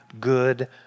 good